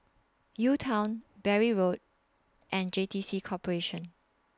UTown Bury Road and J T C Corporation